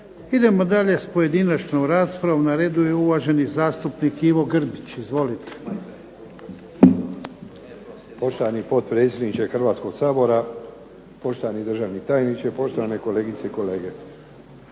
Idemo dalje sa pojedinačnom raspravom, na redu je uvaženi zastupnik Ivo Grbić. Izvolite. **Grbić, Ivo (HDZ)** Poštovani potpredsjedniče Hrvatskoga sabora, poštovani državni tajniče, poštovani kolegice i kolege.